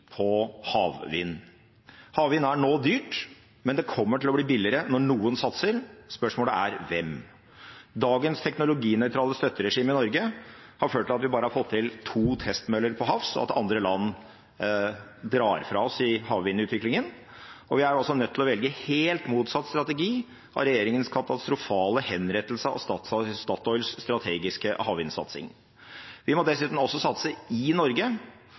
på havvind. Havvind er nå dyrt, men det kommer til å bli billigere når noen satser. Spørsmålet er hvem. Dagens teknologinøytrale støtteregime i Norge har ført til at vi bare har fått til to testmøller til havs, og at andre land drar fra oss i havvindutviklingen. Vi er altså nødt til å velge helt motsatt strategi av regjeringens katastrofale henrettelse av Statoils strategiske havvindsatsing. Vi må dessuten også satse i Norge.